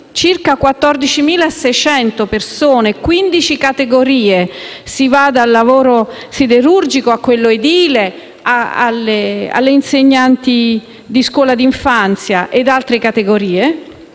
(circa 14.600 persone e quindici categorie; si va dal lavoro siderurgico a quello edile, agli insegnanti della scuola d'infanzia, ad altre categorie)